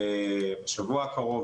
בשבוע הקרוב,